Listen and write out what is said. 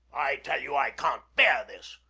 i tell you i can't bear this.